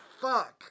fuck